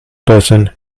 person